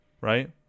right